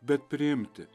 bet priimti